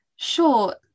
Sure